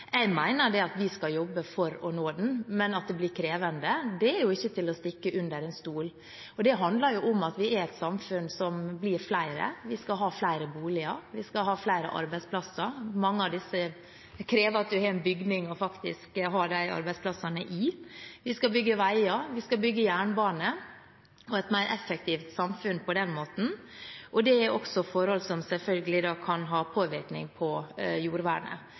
at vi skal jobbe for å nå den, men at det blir krevende, er ikke til å stikke under stol. Det handler om at vi er et samfunn hvor vi blir flere, vi skal ha flere boliger, vi skal ha flere arbeidsplasser – mange av disse krever at en har en bygning å ha disse arbeidsplassene i – og vi skal bygge veier og jernbane og få et effektivt samfunn på den måten. Dette er også forhold som selvfølgelig kan ha påvirkning på jordvernet.